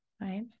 right